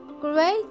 Great